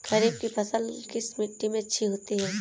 खरीफ की फसल किस मिट्टी में अच्छी होती है?